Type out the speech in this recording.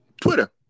twitter